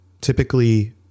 typically